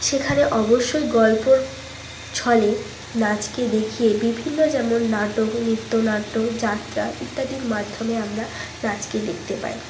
সেখানে অবশ্যই গল্পর ছলে নাচকে দেখিয়ে বিভিন্ন যেমন নাটক নৃত্যনাট্য যাত্রা ইত্যাদির মাধ্যমে আমরা নাচকে দেখতে পাই